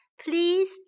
Please